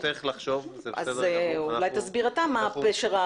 אולי תסביר אתה מה פשר.